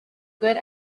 good